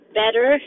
better